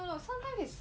err no no sometime is